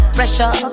Pressure